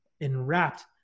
enwrapped